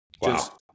Wow